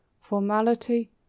Formality